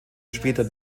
später